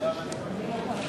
אי-אמון בממשלה